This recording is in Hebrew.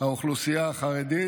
האוכלוסייה החרדית.